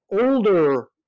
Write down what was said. older